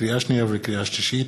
לקריאה שנייה ולקריאה שלישית,